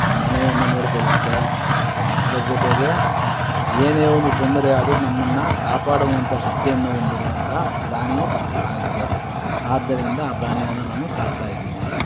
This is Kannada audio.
ಮನೆಯನ್ನು ನೋಡ್ಕೊಳುತ್ತೆ ಅದರ ಜೊತೆಗೆ ಏನೇ ಒಂದು ತೊಂದರೆ ಆದರೂ ನಮ್ಮನ್ನು ಕಾಪಾಡುವಂಥ ಶಕ್ತಿಯನ್ನು ಹೊಂದಿರುವಂಥ ಪ್ರಾಣಿ ಆಗಿದೆ ಆದ್ದರಿಂದ ಆ ಪ್ರಾಣಿಯನ್ನು ನಾನು ಸಾಕ್ತಾ ಇದ್ದೀನಿ